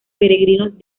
peregrinos